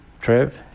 Trev